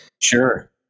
Sure